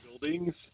buildings